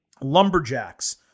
Lumberjacks